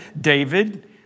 David